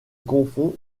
confond